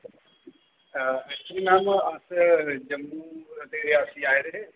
actually ma'am अस जम्मू ते रियासी आए दे हे